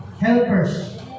helpers